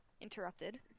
interrupted